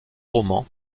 romans